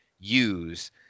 use